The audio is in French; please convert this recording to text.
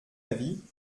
avis